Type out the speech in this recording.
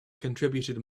contributed